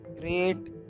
great